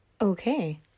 Okay